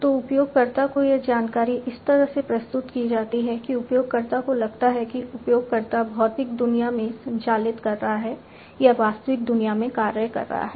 तो उपयोगकर्ता को यह जानकारी इस तरह से प्रस्तुत की जाती है कि उपयोगकर्ता को लगता है कि उपयोगकर्ता भौतिक दुनिया में संचालित कर रहा है या वास्तविक दुनिया में कार्य कर रहा है